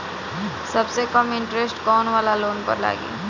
सबसे कम इन्टरेस्ट कोउन वाला लोन पर लागी?